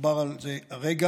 דובר על זה הרגע,